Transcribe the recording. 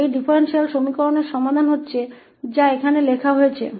तो इस differential equation का हल है जो यहां लिखा गया है